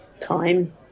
time